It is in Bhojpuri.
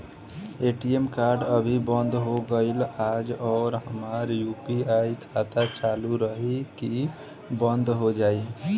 ए.टी.एम कार्ड अभी बंद हो गईल आज और हमार यू.पी.आई खाता चालू रही की बन्द हो जाई?